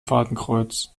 fadenkreuz